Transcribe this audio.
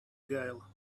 gale